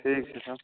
ठीके छै सर